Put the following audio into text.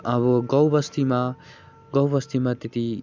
अब गाउँबस्तीमा गाउँबस्तीमा त्यति